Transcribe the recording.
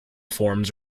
forms